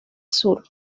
sur